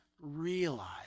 realize